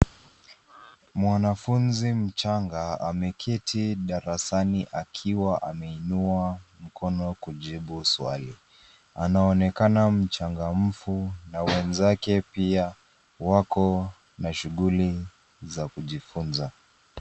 Mwanafunzi mchanga ameketi darasani akiwa ameinua mkono kujibu swali, anaonekana mchangamfu na wenzake pia wako na shuguli za kujifunza.